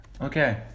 okay